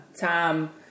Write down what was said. time